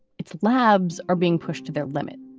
its labs are being pushed to the limit.